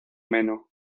meno